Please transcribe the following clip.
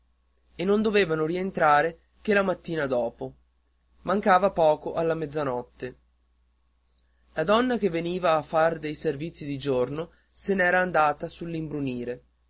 e non dovevano ritornare che la mattina dopo mancava poco alla mezzanotte la donna che veniva a far dei servizi di giorno se n'era andata sull'imbrunire in